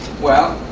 well,